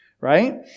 right